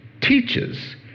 teaches